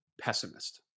pessimist